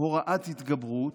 הוראת התגברות,